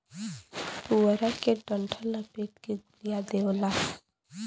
पुआरा के डंठल लपेट के गोलिया देवला